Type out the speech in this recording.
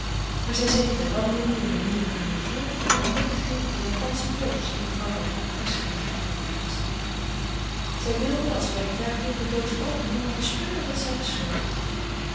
maar zij zette de wandeling door hare nieuwe kamer voort en haar blik viel op een japansche doos die mevrouw van raat op haar schrijftafel geplaatst had zij wilde als werktuigelijk de doos openen maar bespeurde dat zij gesloten was